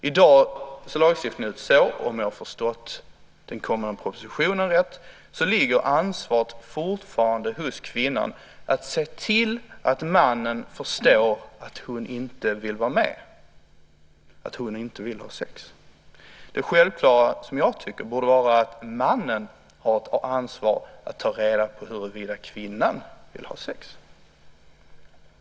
I dag ser lagstiftningen ut så, om jag har förstått den kommande propositionen rätt, att ansvaret fortfarande ligger hos kvinnan att se till att mannen förstår att hon inte vill vara med, att hon inte vill ha sex. Det självklara borde vara, tycker jag, att mannen har ett ansvar att ta reda på huruvida kvinnan vill ha sex.